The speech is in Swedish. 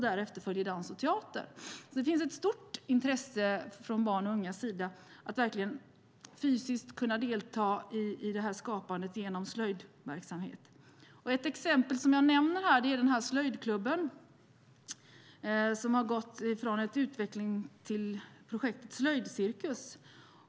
Därefter följer dans och teater. Det finns ett stort intresse från barns och ungas sida att fysiskt kunna delta i det skapandet genom slöjdverksamhet. Ett exempel som jag nämner är Slöjdklubben, som har utvecklats från projektet Slöjdcirkus.